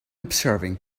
observing